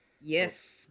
Yes